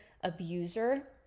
abuser